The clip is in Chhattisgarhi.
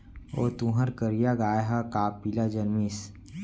ओ तुंहर करिया गाय ह का पिला जनमिस?